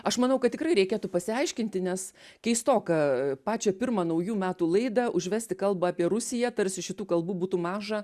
aš manau kad tikrai reikėtų pasiaiškinti nes keistoka pačią pirmą naujų metų laidą užvesti kalbą apie rusiją tarsi šitų kalbų būtų maža